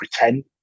pretend